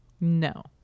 No